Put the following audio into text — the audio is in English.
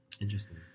interesting